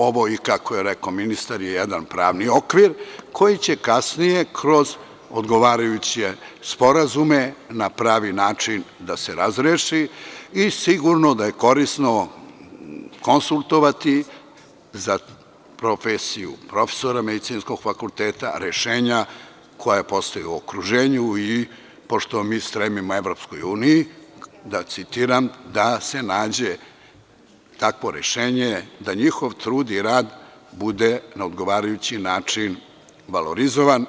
Ovo je, kako je rekao i ministar, jedan pravni okvir koji će kasnije kroz odgovarajuće sporazume, na pravi način da se razreši i sigurno da je korisno konsultovati za profesiju profesora medicinskog fakulteta, rešenja koja postoje u okruženju i pošto mi stremimo EU, da citiram - da se nađe takvo rešenje da njihov trud i rad bude na odgovarajući način valorizovan.